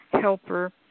helper